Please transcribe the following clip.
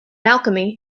alchemy